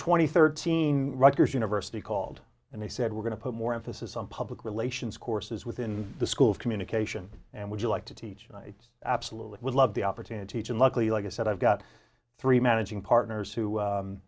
and thirteen rutgers university called and they said we're going to put more emphasis on public relations courses within the school of communication and would you like to teach and i absolutely would love the opportunity to and luckily like i said i've got three managing partners who